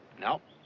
Nope